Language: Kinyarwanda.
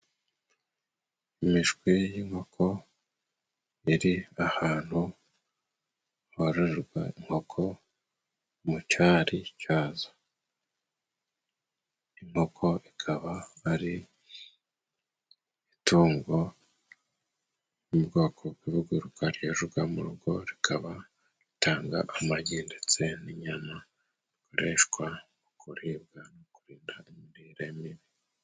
Imishwi y'inkoko iri ahantu harorerwa inkoko mu cari cyazo. Inkoko ikaba ari itungo mu bwoko bw'ibiguruka yororerwa mu rugo, rikaba ritanga amagi ndetse n'inyama, zikoreshwa mu kuribwa no kurinda imirire mibi.